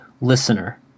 listener